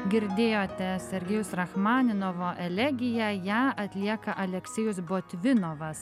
girdėjote sergejaus rachmaninovo elegiją ją atlieka aleksejus botvinovas